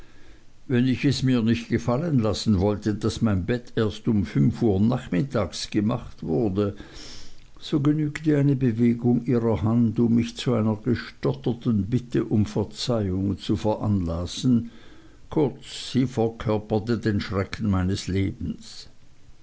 wenn ich es mir nicht gefallen lassen wollte daß mein bett erst um fünf uhr nachmittags gemacht wurde so genügte eine bewegung ihrer hand um mich zu einer gestotterten bitte um verzeihung zu veranlassen kurz sie verkörperte den schrecken meines lebens